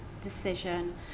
decision